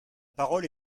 parole